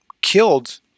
killed